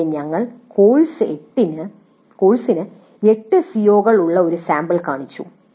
ഇവിടെ ഞങ്ങൾ കോഴ്സിന് 8 CO ഉള്ള ഒരു സാമ്പിൾ കാണിച്ചു